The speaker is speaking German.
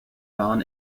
waren